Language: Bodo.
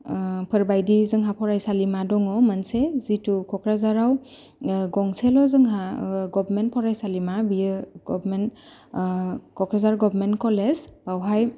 फोरबादि जोंहा फरायसालिमा दङ मोनसे जिहेथु क'क्राझाराव गंसेल' जोंहा गभमेन्ट फरायसालिमा बेयो गभमेन्ट क'क्राझार गभमेन्ट कलेज बावहाय